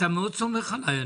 סומך עלי.